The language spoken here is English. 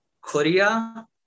Korea